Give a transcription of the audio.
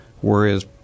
whereas